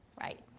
right